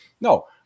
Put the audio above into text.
No